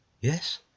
yes